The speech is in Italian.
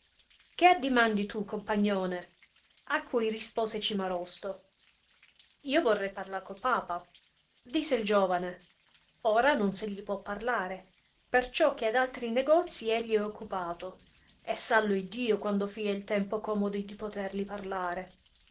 che addimandi tu compagnone a cui rispose cimarosto io vorrei parlar col papa disse il giovane ora non se gli può parlare perciò che ad altri negozii egli è occupato e sallo iddio quando fia il tempo comodo di poterli parlare